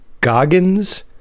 Goggins